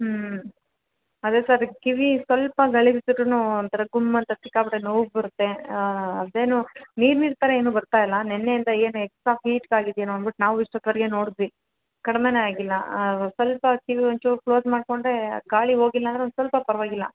ಹ್ಞೂ ಅದೇ ಸರ್ ಕಿವಿ ಸ್ವಲ್ಪ ಗಾಳಿ ಬೀಸಿದ್ರೂ ಒಂಥರ ಗುಮ್ ಅಂತ ಸಿಕ್ಕಾಪಟ್ಟೆ ನೋವು ಬರುತ್ತೆ ಅದೇನು ನೀರು ನೀರು ಥರ ಏನೂ ಬರ್ತಾ ಇಲ್ಲ ನೆನ್ನೆಯಿಂದ ಏನೂ ಎಕ್ಸ್ಟ್ರಾ ಹೀಟಿಗಾಗಿದೆಯೇನೋ ಅಂದ್ಬಿಟ್ ನಾವು ಇಷ್ಟೊತ್ತುವರೆಗೆ ನೋಡಿದ್ವಿ ಕಡ್ಮೆಯೇ ಆಗಿಲ್ಲ ಸ್ವಲ್ಪ ಕಿವಿ ಒಂಚೂರು ಕ್ಲೋಸ್ ಮಾಡಿಕೊಂಡ್ರೇ ಗಾಳಿ ಹೋಗಿಲ್ಲ ಅಂದರೆ ಒಂದು ಸ್ವಲ್ಪ ಪರವಾಗಿಲ್ಲ